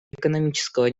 экономического